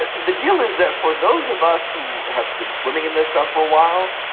the the deal is that for those of us who have been swimming in this stuff for a while,